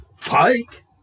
Pike